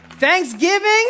Thanksgiving